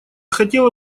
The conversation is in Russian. хотела